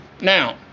now